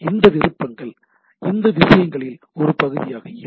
இந்த விருப்பங்கள் இந்த விஷயங்களில் ஒரு பகுதியாக இல்லை